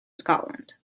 scotland